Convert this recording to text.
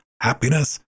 happiness